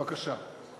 בבקשה.